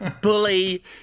bully